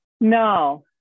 No